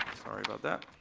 sorry about that.